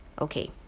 Okay